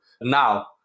now